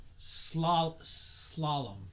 Slalom